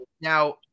Now